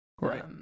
Right